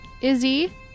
Izzy